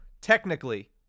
technically